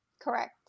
Correct